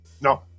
No